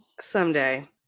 Someday